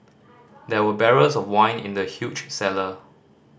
there were barrels of wine in the huge cellar